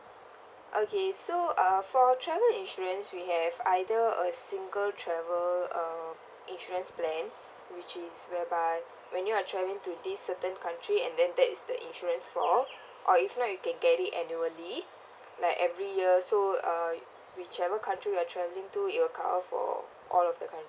okay so uh for travel insurance we have either a single travel uh insurance plan which is whereby when you are traveling to this certain country and then that is the insurance for or if not you can get it annually like every year so uh whichever country you're travelling to it will cover all of the coun~